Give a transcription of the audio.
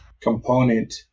component